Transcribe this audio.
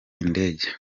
indege